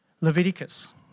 Leviticus